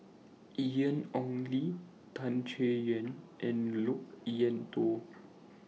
Ian Ong Li Tan Chay Yan and Loke Wan Tho